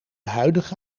huidige